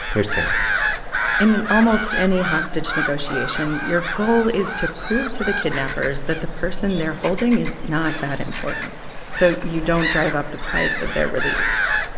here's karen in almost any hostage negotiation, your goal is to prove to the kidnappers that the person they're holding is not that important so you don't drive up the price of their release.